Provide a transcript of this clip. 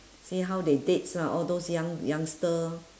see how they dates lah all those young youngster